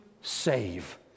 save